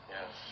Yes